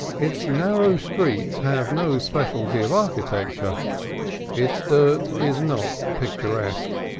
its narrow streets have no specialty of architecture its dirt is not picturesque.